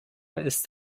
ist